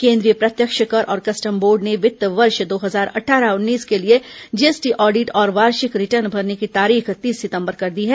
केन्द्रीय प्रत्यक्ष कर और कस्टम बोर्ड ने वित्त वर्ष दो हजार अट्ठारह उन्नीस के लिए जीएसटी ऑडिट और वार्षिक रिटर्न भरने की तारीख तीस सितम्बर कर दी है